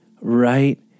right